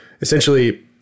essentially